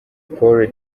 pole